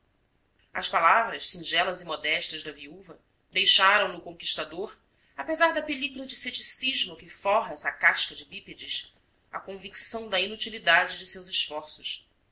as palavras singelas e modestas da viúva deixaram no conquistador apesar da película de ceticismo que forra essa casca de bípedes a convicção da inutilidade de seus esforços